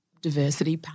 diversity